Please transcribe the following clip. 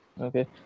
Okay